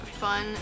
fun